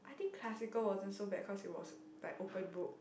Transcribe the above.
I think classical wasn't so bad cause it was like open book